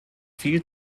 viel